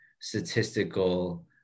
statistical